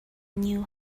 new